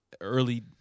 early